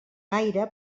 gaire